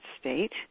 state